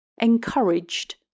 Encouraged